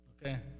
okay